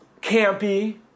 campy